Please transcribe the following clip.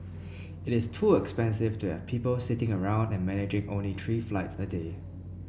it is too expensive to have people sitting around and managing only three flights a day